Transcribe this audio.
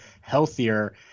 healthier